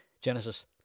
Genesis